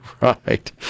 right